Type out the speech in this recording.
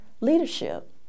leadership